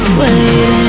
wait